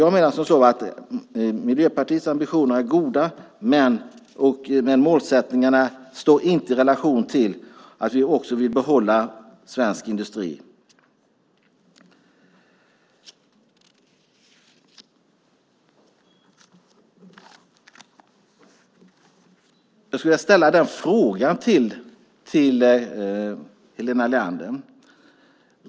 Jag menar att Miljöpartiets ambitioner är goda, men målsättningarna står inte i relation till att vi också vill behålla svensk industri. Jag skulle vilja ställa en fråga till Helena Leander.